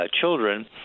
children